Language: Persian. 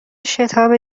شتاب